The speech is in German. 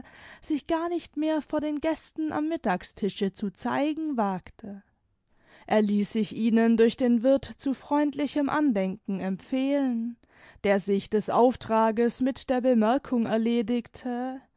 sich gar nicht mehr vor den gästen am mittagstische zu zeigen wagte er ließ sich ihnen durch den wirth zu freundlichem andenken empfehlen der sich des auftrages mit der bemerkung erledigte